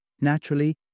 Naturally